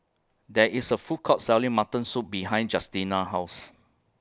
There IS A Food Court Selling Mutton Soup behind Justina's House